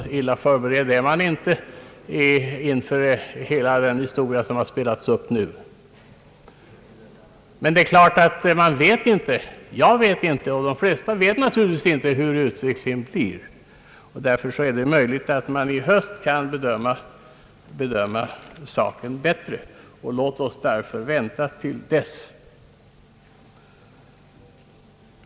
Så illa förberedd är man väl ändå inte efter den debatt som har förts. Men jag och de flesta vet naturligtvis inte hur utvecklingen blir. Därför är det troligt att man i höst kan bedöma saken bättre. Låt oss vänta till dess.